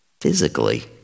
physically